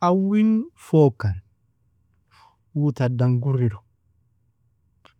Awin fokan uu tadan guriru,